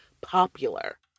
popular